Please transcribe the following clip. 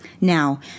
Now